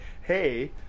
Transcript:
Hey